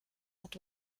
mit